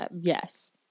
Yes